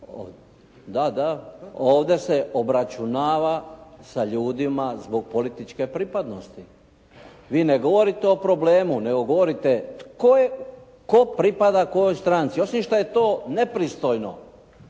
Da, da. Ovdje se obračunava sa ljudima zbog političke pripadnosti. Vi ne govorite o problemu nego govorite tko je, tko pripada kojoj stranci? Osim što je to nepristojno